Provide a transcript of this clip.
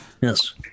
Yes